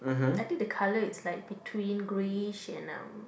I think the colour is like between greyish and um